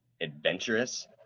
adventurous